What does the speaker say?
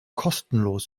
kostenlos